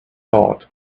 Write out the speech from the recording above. thought